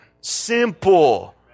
Simple